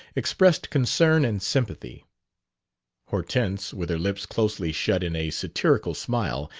expressed concern and sympathy hortense, with her lips closely shut in a satirical smile,